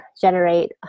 generate